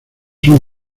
son